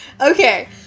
Okay